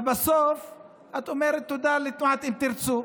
אבל בסוף את אומרת תודה לתנועת אם תרצו.